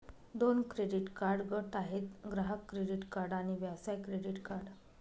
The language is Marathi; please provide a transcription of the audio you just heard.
दोन क्रेडिट कार्ड गट आहेत, ग्राहक क्रेडिट कार्ड आणि व्यवसाय क्रेडिट कार्ड